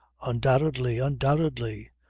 undoubtedly, undoubtedly!